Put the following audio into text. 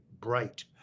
bright